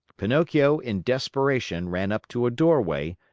pinocchio, in desperation, ran up to a doorway,